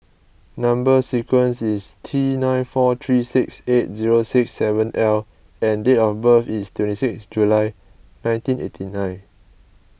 Number Sequence is T nine four three six eight zero six seven L and date of birth is twenty six July nineteen eighty nine